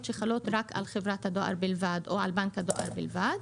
שחלות רק על חברת הדואר בלבד או על בנק הדואר בלבד,